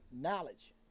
knowledge